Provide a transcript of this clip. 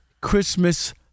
Christmas